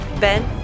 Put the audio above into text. Ben